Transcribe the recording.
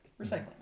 Recycling